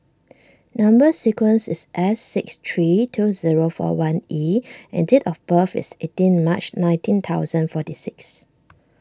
Number Sequence is S six three two zero four one E and date of birth is eighteen March nineteen thousand forty six